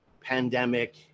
pandemic